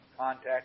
contact